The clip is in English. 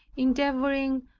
endeavoring,